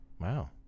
Wow